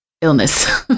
illness